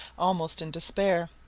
almost in despair,